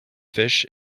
fish